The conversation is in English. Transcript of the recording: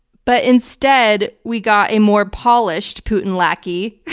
but instead we got a more polished putin lackey,